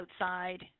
outside